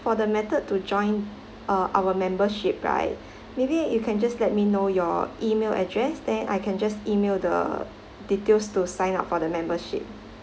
for the method to join uh our membership right maybe you can just let me know your email address then I can just email the details to sign up for the membership